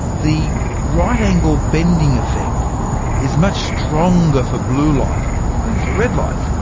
the right-angle bending effect is much stronger for blue light than for red light,